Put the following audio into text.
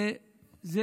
וזה